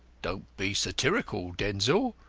don't be satirical, denzil.